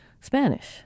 Spanish